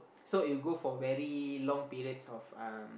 so it'll go for very long periods of um